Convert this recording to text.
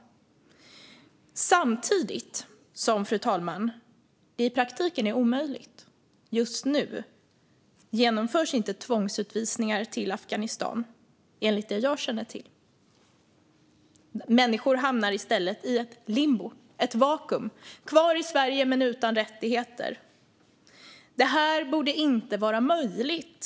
Samtidigt är det i praktiken omöjligt, fru talman. Just nu genomförs inte tvångsutvisningar till Afghanistan enligt vad jag känner till. Människor hamnar i stället i limbo, ett vakuum, och är kvar i Sverige men utan rättigheter. Det här borde inte vara möjligt.